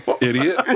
Idiot